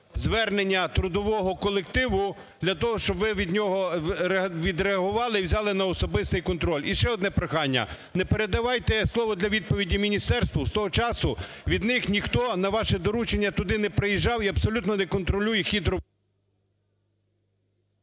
звернення трудового колективу для того, щоб ви від нього відреагували і взяли на особистий контроль. І ще одне прохання: не передавайте слово для відповіді міністерству. З того часу від них ніхто на ваше доручення туди не приїжджав і абсолютно не контролює хід…